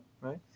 Right